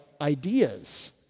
ideas